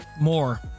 more